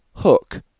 Hook